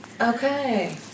Okay